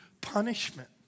punishment